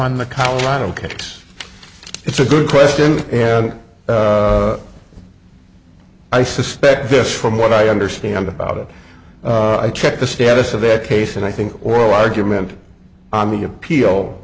on the colorado case it's a good question and i suspect this from what i understand about it i checked the status of the case and i think oral argument on the appeal